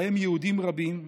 ובהם יהודים רבים,